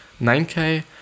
9k